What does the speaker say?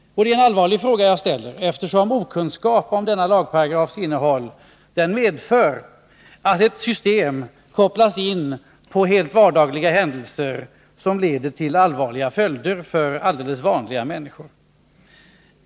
Det är en allvarlig fråga jag ställer, eftersom okunskap om denna lagparagrafs innehåll medför att ett system kopplas in på helt vardagliga händelser och kan leda till allvarliga följder för alldeles vanliga människor.